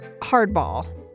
hardball